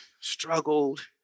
struggled